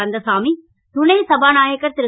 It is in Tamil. கந்தசாமி துணை சபாநாயகர் ரு